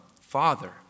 Father